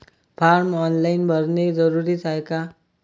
Form online भरने जरुरीचे हाय का?